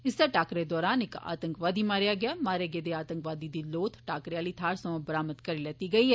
इस्सै टाकरे दरान इक आतंकवादी मारेआ गेआ मारे गेदे आतंकवादी दी लोथ टाकरे आली थाहर थमां बरामद करी लैती गेई ऐ